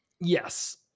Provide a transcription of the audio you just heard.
Yes